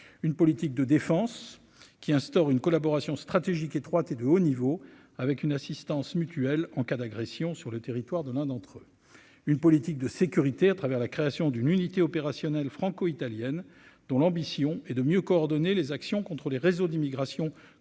une politique de défense qui instaure une collaboration stratégique étroites et de haut niveau avec une assistance mutuelle en cas d'agression sur le territoire de l'un d'entre eux, une politique de sécurité à travers la création d'une unité opérationnelle franco-italienne dont l'ambition est de mieux coordonner les actions contre les réseaux d'immigration